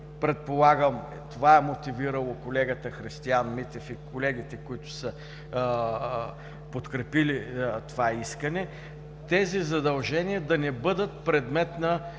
Предполагам това е мотивирало колегата Христиан Митев и колегите подкрепили това искане – тези задължения да не бъдат предмет на